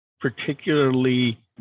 particularly